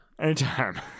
anytime